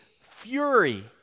fury